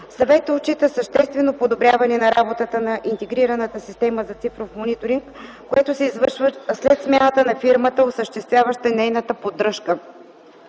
Съветът отчита съществено подобряване на работата на интегрираната система за цифров мониторинг, което се извършва след смяната на фирмата, осъществяваща нейната поддръжка.